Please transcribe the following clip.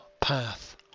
Path